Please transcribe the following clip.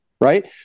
right